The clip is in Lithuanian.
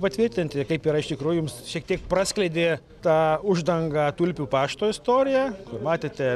patvirtinti kaip yra iš tikrųjų jums šiek tiek praskleidė tą uždangą tulpių pašto istoriją kur matėte